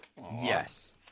Yes